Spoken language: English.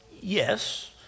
yes